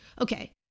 Okay